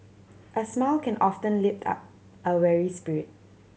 a smile can often lift up a weary spirit